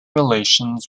relations